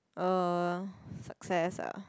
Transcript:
uh success ah